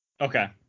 Okay